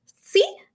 See